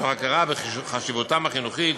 מתוך הכרה בחשיבותם החינוכית,